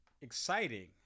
exciting